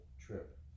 trip